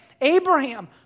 Abraham